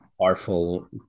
Powerful